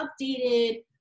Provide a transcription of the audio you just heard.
updated